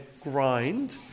grind